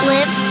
Live